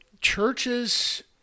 churches